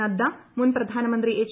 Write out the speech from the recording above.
നദ്ദ മുൻ പ്രധാനമന്ത്രി എച്ച്